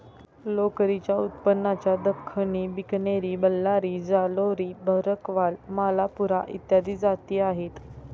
लोकरीच्या उत्पादनाच्या दख्खनी, बिकनेरी, बल्लारी, जालौनी, भरकवाल, मालपुरा इत्यादी जाती आहेत